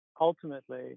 ultimately